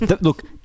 look